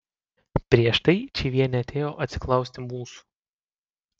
prieš tai čyvienė atėjo atsiklausti mūsų